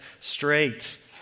straight